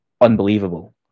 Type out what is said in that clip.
unbelievable